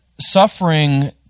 Suffering